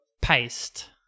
paste